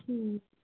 ਠੀਕ ਆ